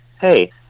hey